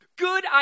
Good